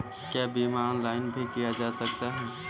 क्या बीमा ऑनलाइन भी किया जा सकता है?